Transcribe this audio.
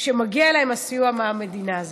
שמגיע להן הסיוע הזה מהמדינה.